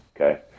okay